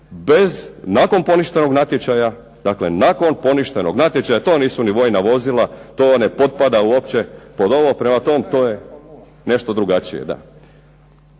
bez nakon poništenog natječaja, dakle nakon poništenog natječaja to nisu ni vojna vozila, to ne potpada uopće pod ovo. Prema tome, to je nešto drugačije,